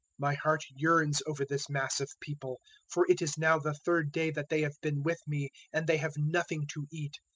my heart yearns over this mass of people, for it is now the third day that they have been with me and they have nothing to eat.